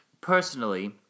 personally